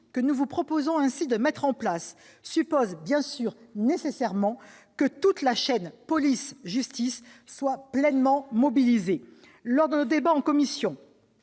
que nous proposons de mettre en place supposent nécessairement que toute la chaîne police-justice soit pleinement mobilisée. Lors de nos débats en commission,